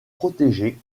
protéger